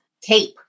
Tape